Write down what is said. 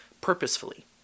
purposefully